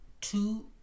two